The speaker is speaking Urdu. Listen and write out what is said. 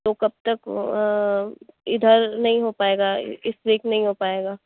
تو کب تک اِدھر نہیں ہو پائے گا اِس ویک نہیں ہو پائے گا